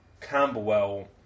Camberwell